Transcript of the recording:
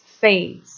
fades